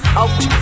out